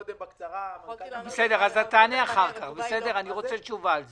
אז תענה אחר כך, אני רוצה תשובה על זה,